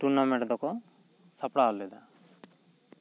tournament ᱫᱚᱠᱚ ᱥᱟᱯᱲᱟᱣ ᱞᱮᱫᱟ